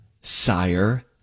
sire